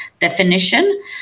definition